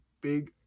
Big